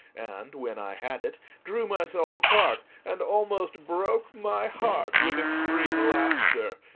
and, when i had it, drew myself apart and almost broke my heart with extreme laughter.